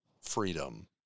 freedom